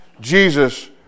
Jesus